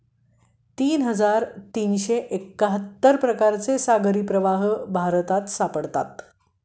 तीन हजार तीनशे एक्काहत्तर प्रकारचे सागरी प्रवाह भारतात सापडतात